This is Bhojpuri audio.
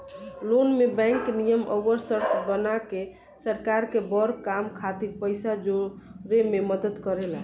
लोन में बैंक नियम अउर शर्त बना के सरकार के बड़ काम खातिर पइसा जोड़े में मदद करेला